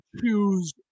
choose